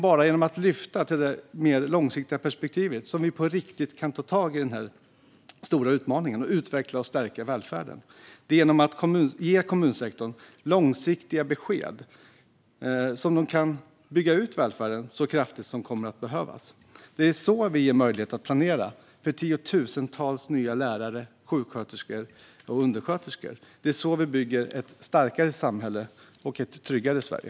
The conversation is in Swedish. Bara genom att lyfta blicken mot det långsiktiga perspektivet kan vi på riktigt ta tag i den här stora utmaningen och utveckla och stärka välfärden. Genom att ge kommunsektorn långsiktiga besked kan man bygga ut välfärden så kraftigt som det kommer att behövas. Så ger vi möjlighet att planera för att anställa tiotusentals nya lärare, sjuksköterskor och undersköterskor. Det är så vi bygger ett starkare samhälle och ett tryggare Sverige.